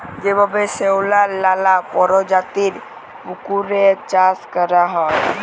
যেভাবে শেঁওলার লালা পরজাতির পুকুরে চাষ ক্যরা হ্যয়